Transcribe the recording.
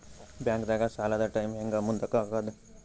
ಬ್ಯಾಂಕ್ದಾಗ ಸಾಲದ ಟೈಮ್ ಹೆಂಗ್ ಮುಂದಾಕದ್?